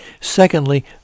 Secondly